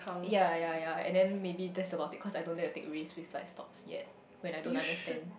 ya ya ya and then maybe that's about it cause I don't dare to take risk besides stocks yet when I don't understand